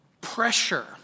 pressure